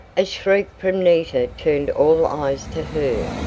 a shriek from nita turned all eyes to her.